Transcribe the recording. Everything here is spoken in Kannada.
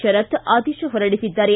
ಶರತ್ ಆದೇಶ ಹೊರಡಿಸಿದ್ದಾರೆ